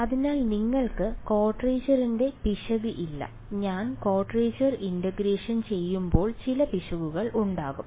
അതിനാൽ നിങ്ങൾക്ക് ക്വാഡ്രേച്ചറിന്റെ പിശക് ഇല്ല ഞാൻ ക്വാഡ്രേച്ചർ ഇന്റഗ്രേഷൻ ചെയ്യുമ്പോൾ ചില പിശകുകൾ ഉണ്ടാകും